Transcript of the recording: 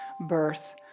birth